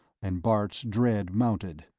and bart's dread mounted.